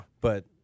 But-